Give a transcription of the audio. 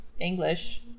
English